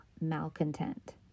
malcontent